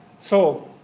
so